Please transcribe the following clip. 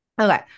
Okay